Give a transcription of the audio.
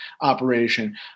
operation